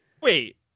Wait